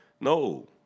no